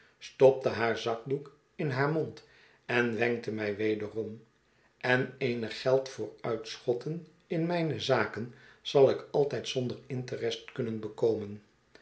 stopte haar zakdoek in haar mond en wenkte mij wederom en eenig geld voor uitschotten in mijne zaken zal ik altijd zonder interest kunnen bekomen